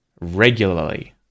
regularly